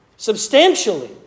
Substantially